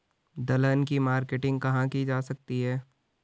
दलहन की मार्केटिंग कहाँ की जा सकती है?